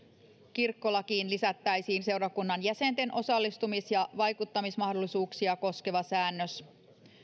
kirkkolakiin lisättäisiin seurakunnan jäsenten osallistumis ja vaikuttamismahdollisuuksia koskeva säännös